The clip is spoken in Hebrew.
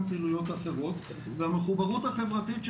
פעילויות אחרות והמחוברות החברתית שלהם,